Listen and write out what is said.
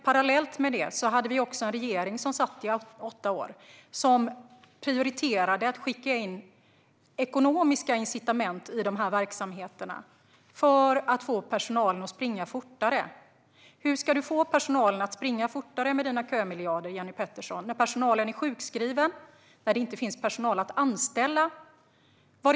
Parallellt med detta hade vi en regering i åtta år som prioriterade att skicka in ekonomiska incitament i de här verksamheterna för att få personalen att springa fortare. Hur ska du få personalen att springa fortare med dina kömiljarder, Jenny Petersson, när personalen är sjukskriven och det inte finns personal att anställa?